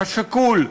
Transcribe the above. השקול,